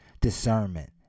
discernment